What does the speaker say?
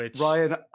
Ryan